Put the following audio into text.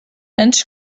antes